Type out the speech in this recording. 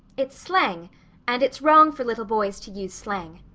it's slang and it's wrong for little boys to use slang.